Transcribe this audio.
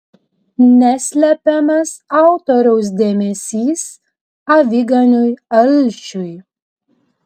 neslepiamas autoriaus dėmesys aviganiui alšiui